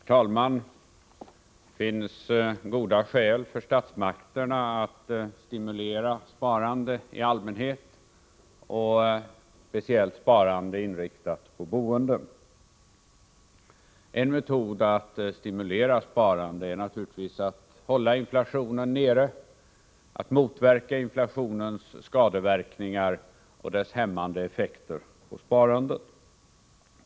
Herr talman! Det finns goda skäl för statsmakterna att stimulera sparande i allmänhet, och speciellt sparande inriktat på boende. En metod att stimulera sparande är naturligtvis att hålla inflationen nere, att motverka inflationens skadeverkningar och dess hämmande effekter på sparandet.